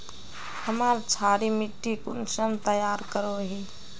हमार क्षारी मिट्टी कुंसम तैयार करोही?